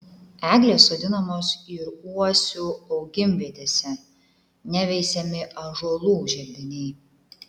eglės sodinamos ir uosių augimvietėse neveisiami ąžuolų želdiniai